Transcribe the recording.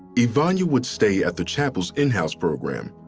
yvonnya would stay at the chapel s in-house program,